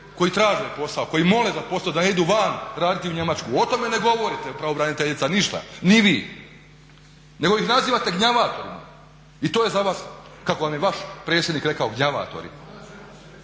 koji traže posao, koji mole za posao da ne idu van raditi u Njemačku. O tome ne govorite, pravobraniteljica ništa, ni vi, nego ih nazivate gnjavatori i to je za vas kako vam je vaš predsjednik rekao gnjavatorima.